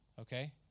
Okay